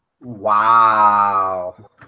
Wow